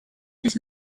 his